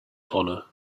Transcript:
honor